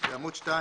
בעמוד 2